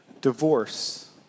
divorce